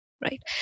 Right